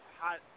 hot